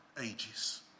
ages